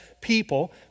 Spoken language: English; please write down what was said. people